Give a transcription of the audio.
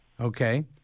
Okay